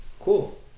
Cool